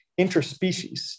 interspecies